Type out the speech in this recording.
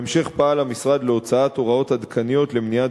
בהמשך פעל המשרד להוצאת הוראות עדכניות למניעת